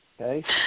okay